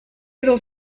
dos